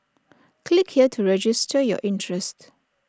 click here to register your interest